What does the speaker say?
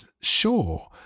sure